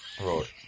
Right